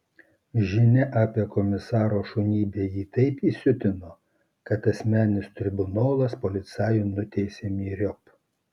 žinia apie komisaro šunybę jį taip įsiutino kad asmeninis tribunolas policajų nuteisė myriop